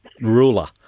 ruler